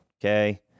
Okay